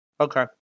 Okay